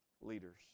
leaders